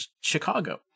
Chicago